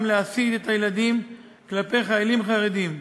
להסית את הילדים כלפי חיילים חרדים.